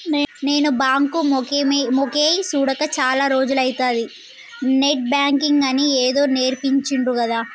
నేను బాంకు మొకేయ్ సూడక చాల రోజులైతంది, నెట్ బాంకింగ్ అని ఏదో నేర్పించిండ్రు గదా